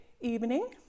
evening